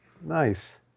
Nice